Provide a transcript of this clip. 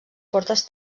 portes